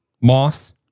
Moss